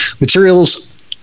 materials